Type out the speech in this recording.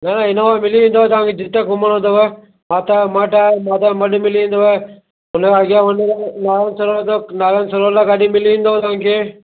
न इनोवा बि मिली वेंदव तव्हांखे जिते घुमिणो अथव हा त माता माता ना मड मिली वेंदव उनखां अॻियां वञो त नारायण सरोवर अथव नारायण सरोवर लाइ गाॾी मिली वेंदव तव्हांखे